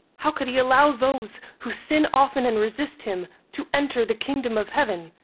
how could he allow those who sin often and resist him to enter the kingdom of heaven?